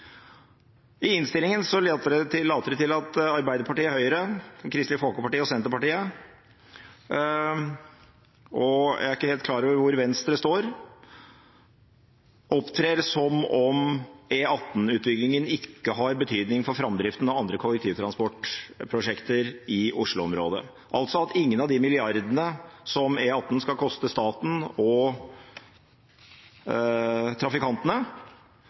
I innstillingen later det til at Arbeiderpartiet, Høyre, Kristelig Folkeparti og Senterpartiet – jeg er ikke helt klar over hvor Venstre står – opptrer som om E18-utbyggingen ikke har betydning for framdriften av andre kollektivtransportprosjekter i Oslo-området, altså at ingen av de milliardene som E18 skal koste staten og trafikantene,